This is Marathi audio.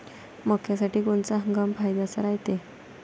मक्क्यासाठी कोनचा हंगाम फायद्याचा रायते?